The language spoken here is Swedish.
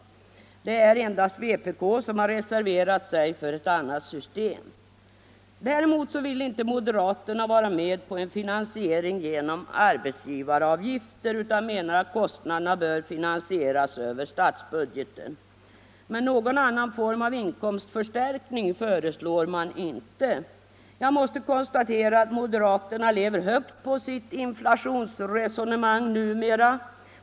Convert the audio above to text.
Det är endast vpk som har reserverat sig för ett annat system. Däremot vill inte moderaterna vara med om en finansiering genom arbetsgivaravgifter utan. menar att kostnaderna bör finansieras över statsbudgeten. Någon annan form av inkomstförstärkning föreslår man inte. Jag måste då konstatera att moderaterna numera lever högt på sitt inflationsresonemang.